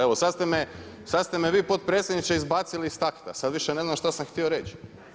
Evo sada ste me vi potpredsjedniče izbacili iz takta, sada više ne znam šta sam htio reći.